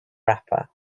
wrapper